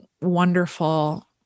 wonderful